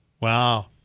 Wow